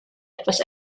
etwas